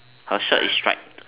her shirt is striped